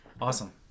Awesome